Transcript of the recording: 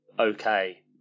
okay